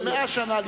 ו-100 שנה לפני.